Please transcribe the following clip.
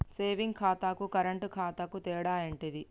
Saving ఖాతాకు current ఖాతాకు తేడా ఏంటిది?